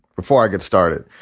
before i get started.